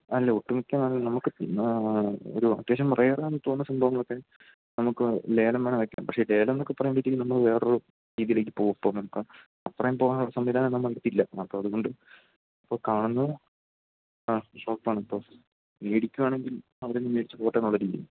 അല്ല ഒട്ടുമിക്ക ആളുകളും നമുക്ക് ഒരു അത്യാവശ്യം റെയറാണെന്ന് തോന്നുന്ന സംഭവങ്ങളൊക്കെ നമുക്ക് ലേലം വേണമെങ്കില് വെയ്ക്കാം പക്ഷേ ലേലമെന്നൊക്കെ പറയുമ്പോഴത്തേക്കും നമ്മള് വേറൊരു രീതിയിലേക്ക് പോകും അപ്പോള് നമുക്ക് അത്രയും പോകാനുള്ള സംവിധാനം നമ്മുടെയടുത്തില്ല അപ്പോള് അതുകൊണ്ട് ഇപ്പോള് കാണുന്ന ആ ഷോപ്പാണ് ഇപ്പം മേടിക്കുകയാണെങ്കിൽ അവിടെനിന്ന് മേടിച്ചു പോകട്ടെയെന്നുള്ള രീതിയിൽ